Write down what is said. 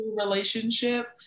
relationship